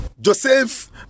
Joseph